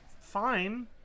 Fine